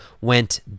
went